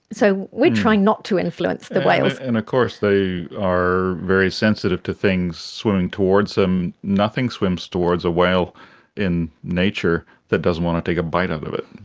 so we are trying not to influence the whales. and of course they are very sensitive to things swimming towards them. nothing swims towards a whale in nature that doesn't want to take a bite out of it.